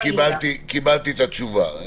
קיבלתי את התשובה.